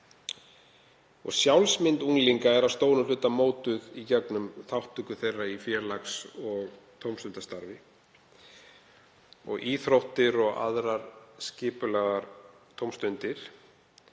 Sjálfsmynd unglinga er að stórum hluta mótuð í gegnum þátttöku þeirra í félags- og tómstundastarfi og íþróttir og aðrar skipulagðar tómstundir